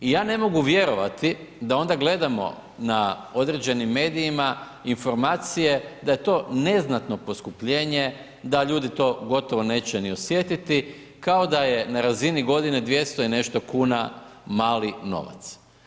I ja ne mogu vjerovati da onda gledamo na određenim medijima informacije da je to neznatno poskupljenje, da ljudi to gotovo neće ni osjetiti, kao da je na razini godine 200 i nešto kuna mali novac.